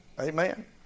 Amen